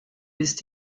ist